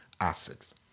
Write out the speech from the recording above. assets